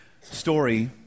story